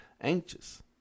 anxious